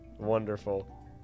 Wonderful